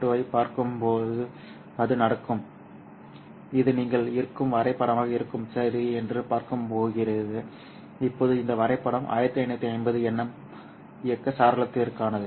2 ஐப் பார்க்கும்போது அது நடக்கும் இது நீங்கள் இருக்கும் வரைபடமாக இருக்கும் சரி என்று பார்க்கப் போகிறது இப்போது இந்த வரைபடம் 1550 nm இயக்க சாளரத்திற்கானது